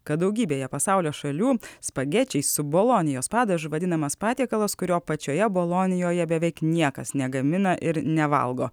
kad daugybėje pasaulio šalių spagečiai su bolonijos padažu vadinamas patiekalas kurio pačioje bolonijoje beveik niekas negamina ir nevalgo